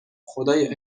خدایا